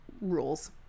rules